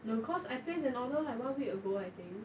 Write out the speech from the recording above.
no cause I placed an order like one week ago I think